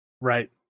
right